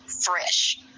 fresh